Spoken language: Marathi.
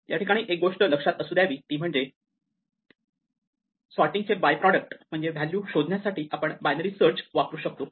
या ठिकाणी एक गोष्ट लक्षात असू द्यावी ती म्हणजे सॉर्टिंग चे बायप्रॉडक्ट म्हणजे व्हॅल्यू शोधण्यासाठी आपण बायनरी सर्च वापरू शकतो